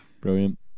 Brilliant